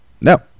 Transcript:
No